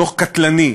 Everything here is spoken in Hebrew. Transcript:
דוח קטלני,